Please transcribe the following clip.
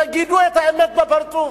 תגידו את האמת בפרצוף.